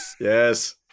Yes